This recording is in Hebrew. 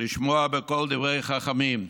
לשמוע בקול דברי חכמים.